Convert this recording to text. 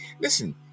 listen